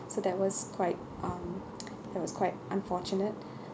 so that was quite um that was quite unfortunate